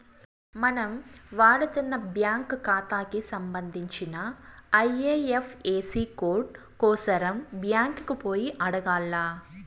మనం వాడతన్న బ్యాంకు కాతాకి సంబంధించిన ఐఎఫ్ఎసీ కోడు కోసరం బ్యాంకికి పోయి అడగాల్ల